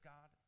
God